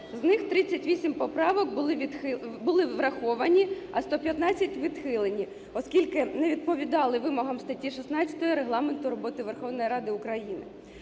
З них 38 поправок були враховані, а 115 були відхилені, оскільки не відповідали вимогам статті 16 Регламенту роботи Верховної Ради України.